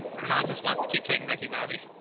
or not just wants to keep saying ricky bobby.